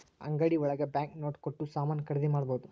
ಅಂಗಡಿ ಒಳಗ bank note ಕೊಟ್ಟು ಸಾಮಾನ್ ಖರೀದಿ ಮಾಡ್ಬೋದು